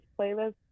playlist